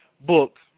book